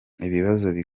ikibazo